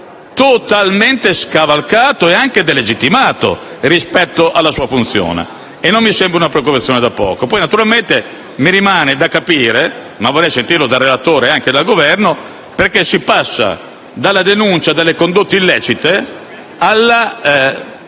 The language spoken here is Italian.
totalmente scavalcato e anche delegittimato rispetto alla sua funzione. E non mi sembra una provocazione da poco. Poi naturalmente mi rimane da capire, ma vorrei sentirlo dal relatore e dal Governo, perché si passa dalla denuncia delle condotte illecite alla